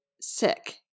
sick